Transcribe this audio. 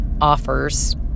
offers